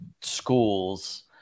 schools